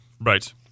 Right